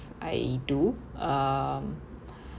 I do um